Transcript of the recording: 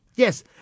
Yes